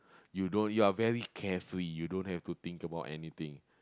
you don't you are very carefree you don't have to think about anything